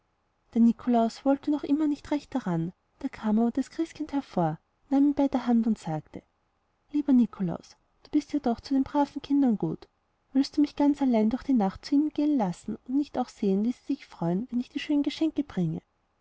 der nikolaus wollte noch immer nicht recht daran da kam aber das christkindchen hervor nahm ihn bei der hand und sagte lieber nikolaus du bist ja doch den braven kindern gut willst du mich ganz allein durch die nacht zu ihnen gehen lassen und nicht auch sehen wie sich freuen wenn ich ihnen schöne geschenke bringe